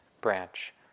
branch